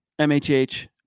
MHH